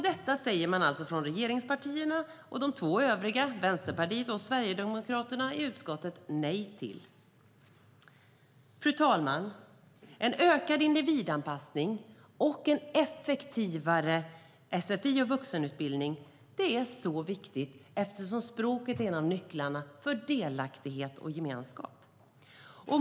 Detta säger alltså regeringspartierna och de två övriga partierna i utskottet, Vänsterpartiet och Sverigedemokraterna, nej till. Fru talman! En ökad individanpassning och en effektivare sfi och vuxenutbildning är så viktig eftersom språket är en av nycklarna till delaktighet och gemenskap.